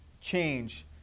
change